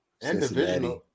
Cincinnati